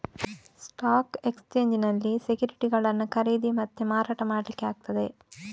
stock ಎಕ್ಸ್ಚೇಂಜಿನಲ್ಲಿ ಸೆಕ್ಯುರಿಟಿಗಳನ್ನ ಖರೀದಿ ಮತ್ತೆ ಮಾರಾಟ ಮಾಡ್ಲಿಕ್ಕೆ ಆಗ್ತದೆ